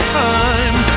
time